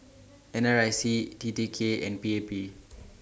N R I C T T K and P A P